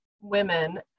women